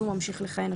אז הוא ממשיך לכהן,